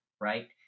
right